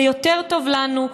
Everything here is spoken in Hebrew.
זה יותר טוב לנו,